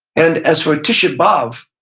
and as for tish b'av,